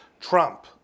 Trump